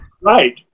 Right